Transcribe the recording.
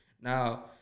Now